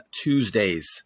Tuesdays